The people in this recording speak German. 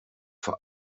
vor